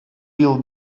yıl